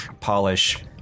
polish